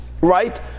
right